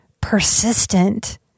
persistent